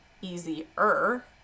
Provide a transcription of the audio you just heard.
easier